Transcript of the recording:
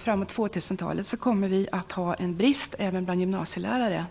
fram mot 2000-talet kommer att vara en brist även på gymnasielärare.